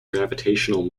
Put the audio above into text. gravitational